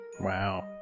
wow